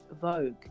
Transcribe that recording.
vogue